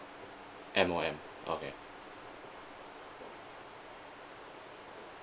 M_O_M okay